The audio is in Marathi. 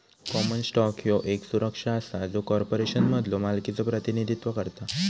कॉमन स्टॉक ह्यो येक सुरक्षा असा जो कॉर्पोरेशनमधलो मालकीचो प्रतिनिधित्व करता